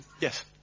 Yes